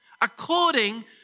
according